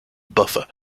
buffer